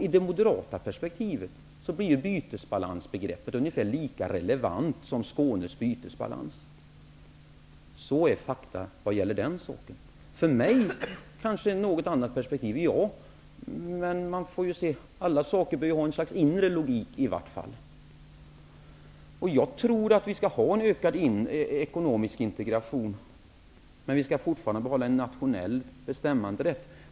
I det moderata perspektivet blir bytesbalansbegreppet ungefär lika relevant som Skånes bytesbalans. Det är fakta i detta sammanhang. För mig kanske perspektivet är något annorlunda. Men alla saker bör i vart fall ha ha ett slags inre logik. Jag tror att vi skall ha en ökad ekonomisk integration. Men vi skall fortfarande behålla en nationell bestämmanderätt.